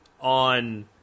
on